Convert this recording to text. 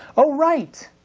oh right!